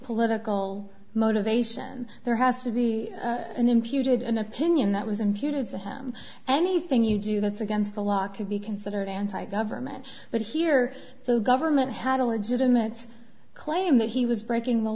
political motivation there has to be an imputed an opinion that was imputed to him anything you do that's against the law could be considered anti government but here the government had a legitimate claim that he was breaking the